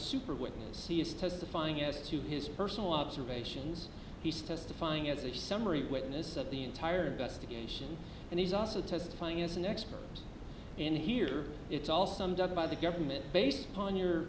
super witness he is testifying as to his personal observations he's testifying as a summary witness of the entire investigation and he's also testifying as an expert in here it's all summed up by the government based upon your